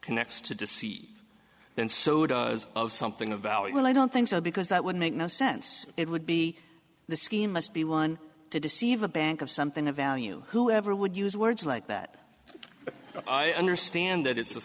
connects to deceive then so does of something of value i don't think so because that would make no sense it would be the scheme must be one to deceive a bank of something of value whoever would use words like that i understand that it's a